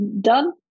Done